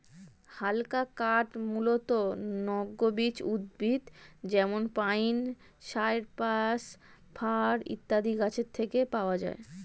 হালকা কাঠ মূলতঃ নগ্নবীজ উদ্ভিদ যেমন পাইন, সাইপ্রাস, ফার ইত্যাদি গাছের থেকে পাওয়া যায়